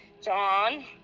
John